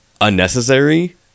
unnecessary